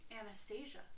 Anastasia